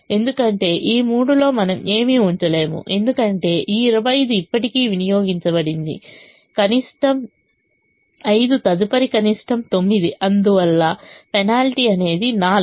ఎందుకంటే ఈ 3 లో మనం ఏమీ ఉంచలేము ఎందుకంటే ఈ 25 ఇప్పటికే వినియోగించబడింది కనిష్టం 5 తదుపరి కనిష్టం 9 అందువల్ల పెనాల్టీ అనేది 4